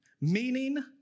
meaning